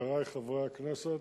חברי חברי הכנסת,